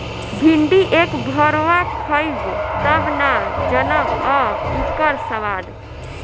भिन्डी एक भरवा खइब तब न जनबअ इकर स्वाद